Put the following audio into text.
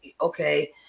okay